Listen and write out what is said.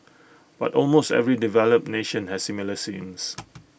but almost every developed nation has similar schemes